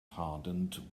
hardened